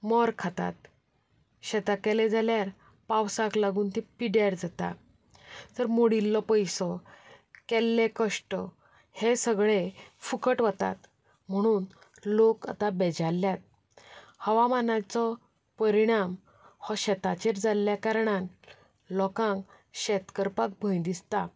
मोर खातात शेतां केलीं जाल्यार पावसाक लागून तीं पिड्ड्यार जाता तर मोडिल्लो पयसो केल्लें कश्ट हे सगलें फुकट वतात म्हणून लोक आतां बेजारल्यात हवामानाचो परिणाम हो शेताचेर जाल्ल्या कारणान लोकांक शेत करपाक भंय दिसता